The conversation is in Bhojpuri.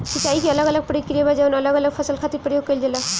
सिंचाई के अलग अलग प्रक्रिया बा जवन अलग अलग फसल खातिर प्रयोग कईल जाला